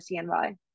CNY